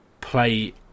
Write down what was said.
play